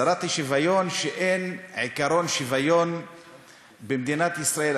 שרת השוויון, כשאין עקרון שוויון במדינת ישראל.